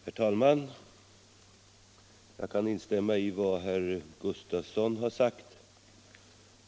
Herr talman! Jag kan instämma i vad herr Sven Gustafson i Göteborg sagt.